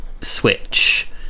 switch